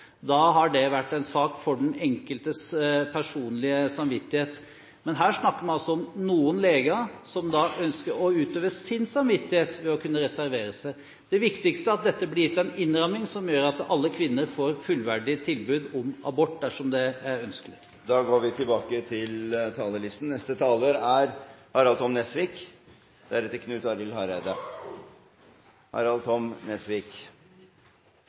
Da har det vært en sak for den enkeltes personlige samvittighet. Men her snakker vi altså om noen leger som ønsker å utøve sin samvittighet ved å kunne reservere seg. Det viktigste er at dette blir gitt en innramming som gjør at alle kvinner får et fullverdig tilbud om abort dersom det er ønskelig. Replikkordskiftet er omme. Den 9. september gikk det norske folk til